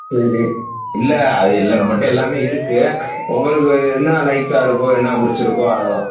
சரி இல்லை அது இல்லை நம்மள்கிட்ட எல்லாமே இருக்குது உங்களுக்கு என்ன லைக்காக இருக்கோ என்னப் பிடிச்சிருக்கோ அதைதான்